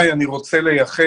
את עיקר דבריי אני רוצה לייחד